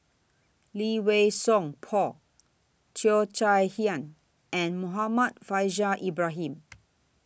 Lee Wei Song Paul Cheo Chai Hiang and Muhammad Faishal Ibrahim